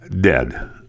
dead